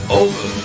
over